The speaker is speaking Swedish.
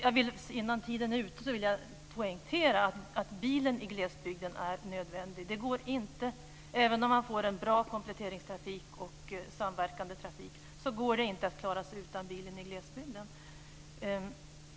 Avslutningsvis vill jag poängtera att bilen är nödvändig i glesbygden. Även om man får en bra kompletteringstrafik och en samverkande trafik går det inte att klara sig utan bilen i glesbygden.